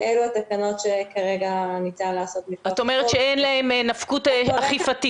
ואלה התקנות שכרגע ניתן לעשות מכח החוק.